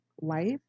life